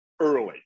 early